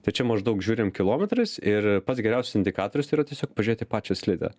tai čia maždaug žiūrim kilometrais ir pats geriausias indikatorius tai yra tiesiog pažiūrėt į pačią slidę